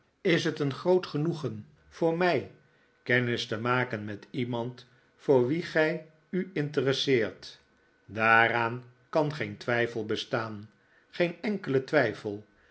is het een groot genoegen voor mij kennis te maken met iemand voor wien gij u interesseert daaraan kan geen twijfel bestaan geen enkele twijfel